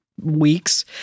weeks